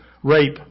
Rape